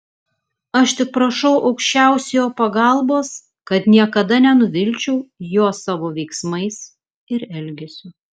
aš tik prašau aukščiausiojo pagalbos kad niekada nenuvilčiau jo savo veiksmais ir elgesiu